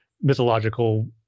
mythological